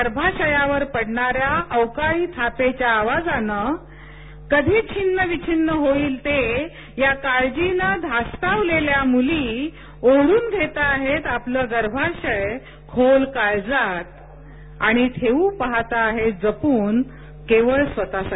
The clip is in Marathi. गर्भाशयावर पडणाऱ्या अवकाळी थापेच्या आवाजाने कधी छिन्नविछिन्न होईल ते या काळजीने धास्तावलेल्या मूलीओढून घेत आहेत त्या आपले गर्भाशय खोल काळजातठेऊ पाहत आहेत जपून स्वतःसाठी